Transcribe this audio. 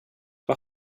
vad